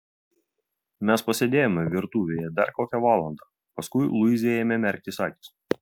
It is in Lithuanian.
mes pasėdėjome virtuvėje dar kokią valandą paskui luizai ėmė merktis akys